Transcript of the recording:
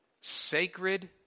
sacred